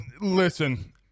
listen